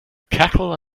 cackle